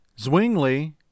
Zwingli